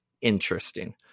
interesting